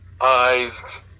eyes